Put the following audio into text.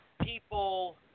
people